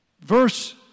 verse